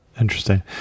Interesting